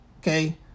Okay